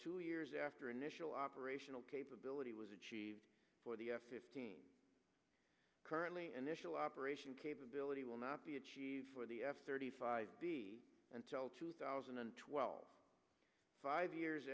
two years after initial operational capability was achieved for the f fifteen currently initial operation capability will not be achieved for the f thirty five until two thousand and twelve five years